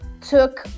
took